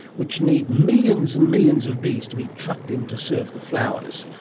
which need millions and millions of bees to be trucked in to serve the flowers,